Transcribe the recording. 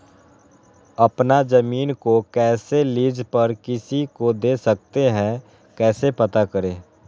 अपना जमीन को कैसे लीज पर किसी को दे सकते है कैसे पता करें?